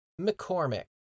McCormick